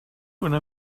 una